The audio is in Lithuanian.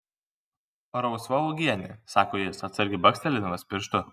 rausva uogienė sako jis atsargiai bakstelėdamas pirštu